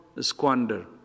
squander